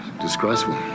Disgraceful